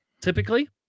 Typically